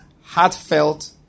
heartfelt